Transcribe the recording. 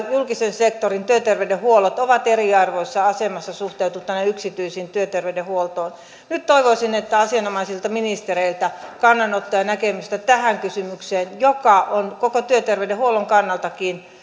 julkisen sektorin työterveydenhuollot ovat eriarvoisessa asemassa suhteutettuna yksityiseen työterveydenhuoltoon nyt toivoisin asianomaisilta ministereiltä kannanottoja näkemystä tähän kysymykseen joka on koko työterveydenhuollonkin kannalta